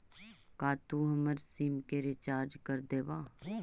का तू हमर सिम के रिचार्ज कर देबा